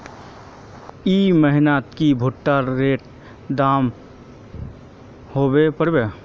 ई महीना की भुट्टा र दाम की होबे परे?